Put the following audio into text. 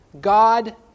God